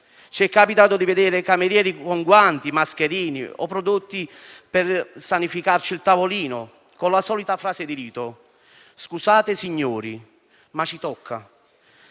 Ci è capitato di vedere camerieri indossare guanti e mascherine e usare prodotti per sanificare il tavolino, con la solita frase di rito: «Scusate signori, ma ci tocca»;